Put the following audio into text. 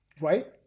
right